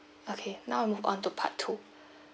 okay now move on to part two